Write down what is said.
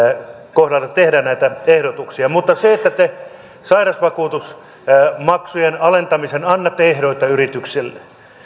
kohdalta tehdä näitä ehdotuksia mutta että te sairausvakuutusmaksujen alentamisen annatte ehdoitta yrityksille